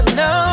no